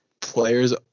players